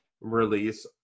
release